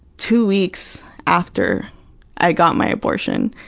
two weeks after i got my abortion,